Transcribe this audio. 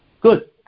Good